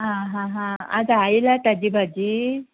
आं हां हां आज आयला ताजी भाजी